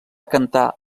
cantar